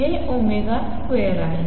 हे omega square आहे